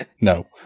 no